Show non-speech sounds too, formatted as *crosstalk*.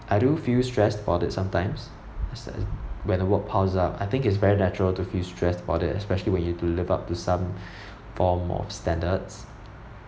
I do feel stressed about that sometimes *noise* when the work piles up I think is very natural to feel stressed about it especially when you have to live up to some *breath* form of standards